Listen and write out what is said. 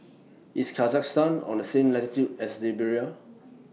IS Kazakhstan on The same latitude as Liberia